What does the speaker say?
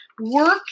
work